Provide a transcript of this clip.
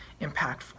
impactful